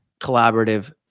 collaborative